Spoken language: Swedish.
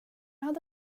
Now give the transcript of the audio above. hade